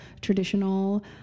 traditional